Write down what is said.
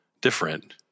different